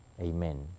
Amen